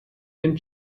and